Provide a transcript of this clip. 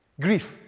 grief